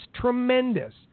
tremendous